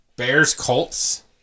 Bears-Colts